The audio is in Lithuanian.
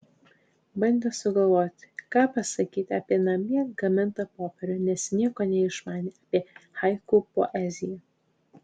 bandė sugalvoti ką pasakyti apie namie gamintą popierių nes nieko neišmanė apie haiku poeziją